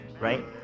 right